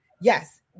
yes